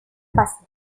passé